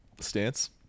stance